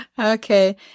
Okay